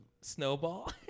Snowball